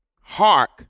Hark